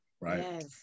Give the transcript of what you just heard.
right